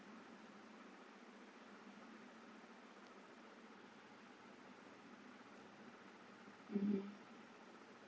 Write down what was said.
mmhmm